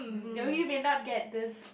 mm though you may not get this